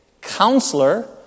counselor